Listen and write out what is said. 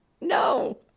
No